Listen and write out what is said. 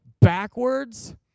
backwards